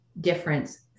difference